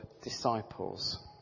disciples